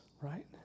Right